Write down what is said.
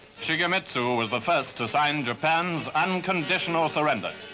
shigemitsu was the first to sign japan's unconditional surrender.